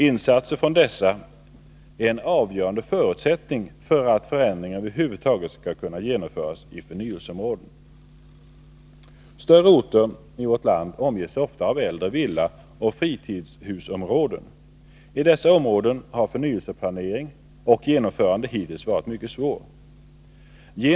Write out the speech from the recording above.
Insatser från dessa är en avgörande förutsättning för att förändringar över huvud taget skall kunna genomföras i förnyelseområden. Större orter i vårt land omges ofta av äldre villaoch fritidshusområden. I dessa områden har förnyelseplanering och genomförande hittills varit ett mycket svårt problem.